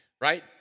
Right